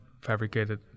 fabricated